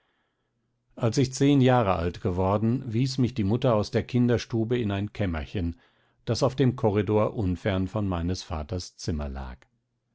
als ich zehn jahre alt geworden wies mich die mutter aus der kinderstube in ein kämmerchen das auf dem korridor unfern von meines vaters zimmer lag